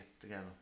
together